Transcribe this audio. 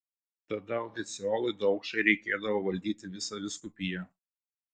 tada oficiolui daukšai reikėdavo valdyti visą vyskupiją